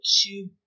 two